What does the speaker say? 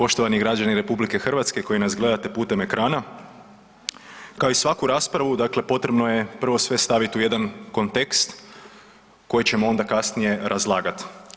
Poštovani građani RH koji nas gledate putem ekrana, kao i svaku raspravu dakle potrebno je prvo sve staviti u jedan kontekst koji ćemo onda kasnije razlagati.